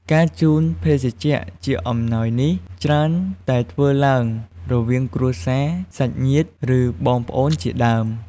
ការជូនភេសជ្ជៈជាអំណោយនេះច្រើនតែធ្វើឡើងរវាងគ្រួសារ សាច់ញាតិ ឬ បងប្អូនជាដើម។